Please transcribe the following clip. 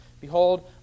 Behold